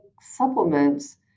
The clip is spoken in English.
supplements